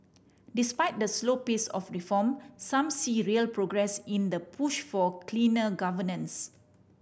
despite the slow pace of reform some see real progress in the push for cleaner governance